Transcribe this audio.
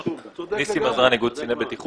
ניסים עזרן, איגוד קציני בטיחות.